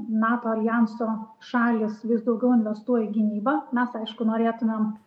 nato aljanso šalys vis daugiau investuoja į gynybą mes aišku norėtumėm